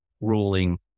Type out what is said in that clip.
ruling